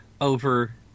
over